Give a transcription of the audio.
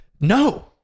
No